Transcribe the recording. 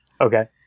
Okay